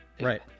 right